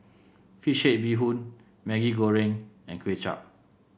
fish head Bee Hoon Maggi Goreng and Kway Chap